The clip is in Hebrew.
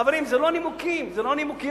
חברים, זה לא נימוקים רציניים.